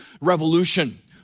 revolution